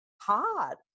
hard